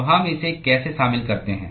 तो हम इसे कैसे शामिल करते हैं